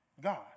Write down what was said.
God